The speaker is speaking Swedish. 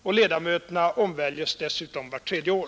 Dessutom äger val av ledamöter rum vart tredje år.